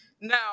Now